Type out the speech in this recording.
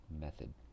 method